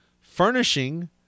furnishing